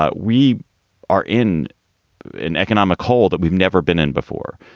ah we are in an economic hole that we've never been in before.